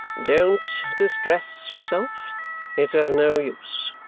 don't distress yourself it's of no use.